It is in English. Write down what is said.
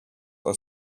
are